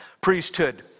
priesthood